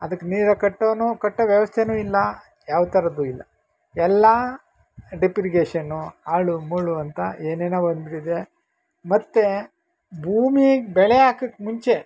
ಅದಕ್ಕೆ ನೇಗಿಲು ಕಟ್ಟೋನು ಕಟ್ಟೋ ವ್ಯವಸ್ಥೆಯೂ ಇಲ್ಲ ಯಾವ್ತರದ್ದು ಇಲ್ಲ ಎಲ್ಲ ಡಿಪ್ರಿಗೇಷನ್ನು ಹಾಳು ಮೂಳು ಅಂತ ಏನೇನೋ ಬಂದ್ಬಿಟ್ಟಿದೆ ಮತ್ತು ಭೂಮಿಗೆ ಬೆಳೆ ಹಾಕಕ್ಕೆ ಮುಂಚೆ